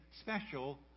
special